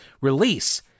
release